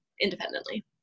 independently